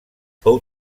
fou